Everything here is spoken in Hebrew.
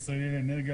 לאנרגיה,